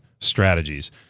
strategies